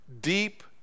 Deep